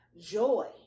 joy